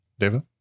David